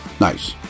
Nice